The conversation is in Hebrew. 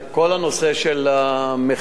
כל הנושא של המכירה,